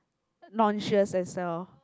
nonsious as well